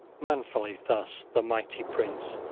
manfully thus the mighty prince,